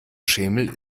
schemel